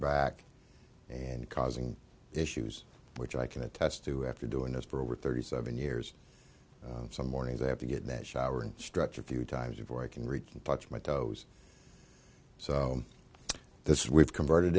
back and causing issues which i can attest to after doing this for over thirty seven years some mornings i have to get that shower and stretch a few times before i can reach touch my toes so this is we've converted